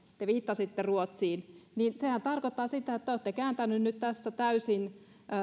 te viittasitte ruotsiin niin sehän tarkoittaa sitä että olette kääntäneet nyt tästä täysin